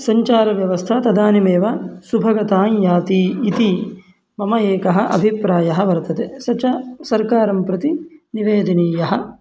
सञ्चारव्यवस्था तदानीमेव सुभगतायाति इति मम एकः अभिप्रायः वर्तते स च सर्कारं प्रति निवेदनीयः